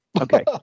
okay